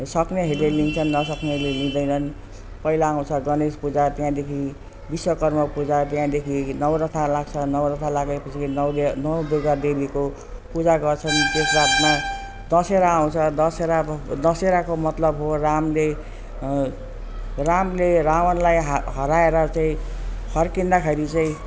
सक्नेहरूले लिन्छन् नसक्नेहरूले लिँदैनन् पहिला आउँछ गणेश पूजा त्यहाँदेखि विश्वकर्मा पूजा त्यहाँदेखि नौरथा लाग्छन् नौरथा लागे पछि नौ गे नौ दुर्गा देवीको पूजा गर्छन् त्यसको बादमा दसहरा आउँछ दसहरा दसहराको मतलब हो रामले रामले रावणलाई हराएर चाहिँ फर्किँदाखेरि चाहिँ